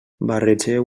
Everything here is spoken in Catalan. barregeu